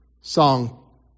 song